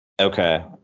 Okay